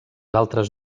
altres